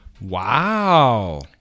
Wow